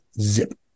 zip